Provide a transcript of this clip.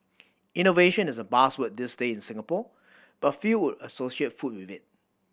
innovation is a buzzword these days in Singapore but few would associate food with it